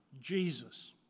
Jesus